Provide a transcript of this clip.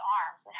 arms